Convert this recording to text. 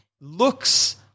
looks